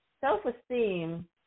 Self-esteem